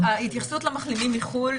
אז ההתייחסות למחלימים מחו"ל,